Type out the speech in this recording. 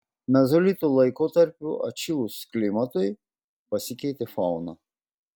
mezolito laikotarpiu atšilus klimatui pasikeitė fauna